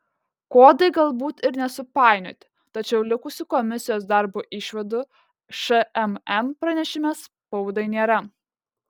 kodai galbūt ir nesupainioti tačiau likusių komisijos darbo išvadų šmm pranešime spaudai nėra